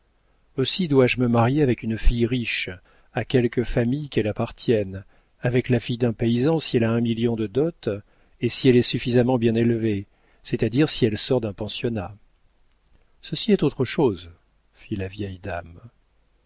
aussi dois-je me marier avec une fille riche à quelque famille qu'elle appartienne avec la fille d'un paysan si elle a un million de dot et si elle est suffisamment bien élevée c'est-à-dire si elle sort d'un pensionnat ceci est autre chose fit la vieille dame